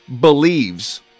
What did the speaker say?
believes